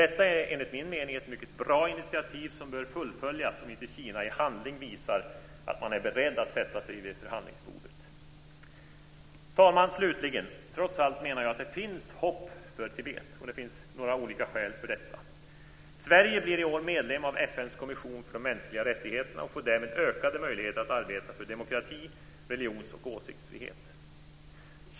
Detta är enligt min mening ett mycket bra initiativ, som bör fullföljas om inte Kina i handling visar att man är beredd att sätta sig vid förhandlingsbordet. Fru talman! Slutligen menar jag att det trots allt finns hopp för Tibet. Det finns några olika skäl för detta. Sverige blir i år medlem av FN:s kommission för mänskliga rättigheter och får därmed ökade möjligheter att arbeta för demokrati, religions och åsiktsfrihet.